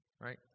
right